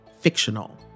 fictional